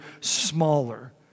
smaller